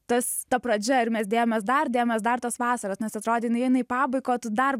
tas ta pradžia ir mes dėjomės dar dėjomės dar tos vasaros nes atrodė jinai eina į pabaigą o tu dar